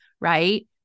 right